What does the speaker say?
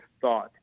thought